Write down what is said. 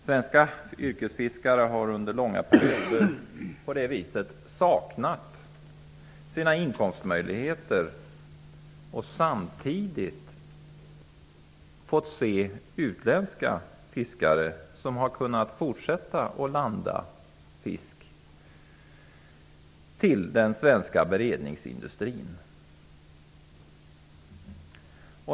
Svenska yrkesfiskare har under långa perioder på det viset saknat sina inkomstmöjligheter. Samtidigt har de fått se utländska fiskare kunna fortsätta leverera fisk till den svenska beredningsindustrin.